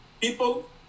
people